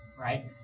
right